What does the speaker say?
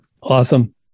Awesome